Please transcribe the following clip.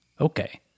okay